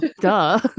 duh